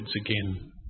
again